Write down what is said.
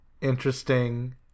interesting